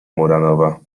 muranowa